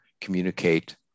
communicate